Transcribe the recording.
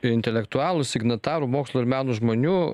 intelektualų signatarų mokslo ir meno žmonių